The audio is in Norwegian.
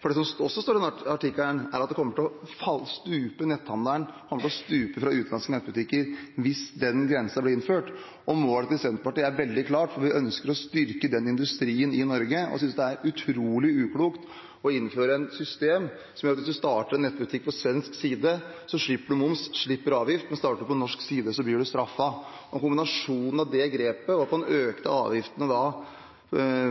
for det som også står i den rapporten, er at netthandelen fra utenlandske nettbutikker kommer til å stupe hvis den grensen blir innført. Og målet til Senterpartiet er veldig klart, for vi ønsker å styrke den industrien i Norge og synes det er utrolig uklokt å innføre et system som gjør at hvis man starter en nettbutikk på svensk side, slipper man moms, slipper man avgift, men starter man på norsk side, blir man straffet. Det grepet, det at man økte avgiftene